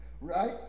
Right